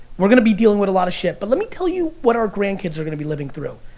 we're gonna be dealing with a lot of shit. but let me tell you what our grandkids are gonna be living through.